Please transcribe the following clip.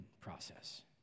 process